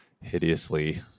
hideously